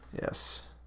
Yes